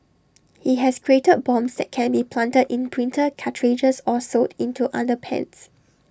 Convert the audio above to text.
he has created bombs that can be planted in printer cartridges or sewn into underpants